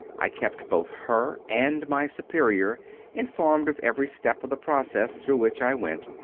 i kept both her and my superior informed of every step of the process through which i went,